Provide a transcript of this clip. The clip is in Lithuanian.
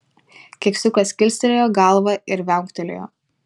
keksiukas kilstelėjo galvą ir viauktelėjo